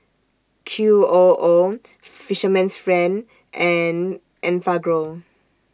Q O O Fisherman's Friend and Enfagrow